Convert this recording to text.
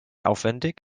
aufwendig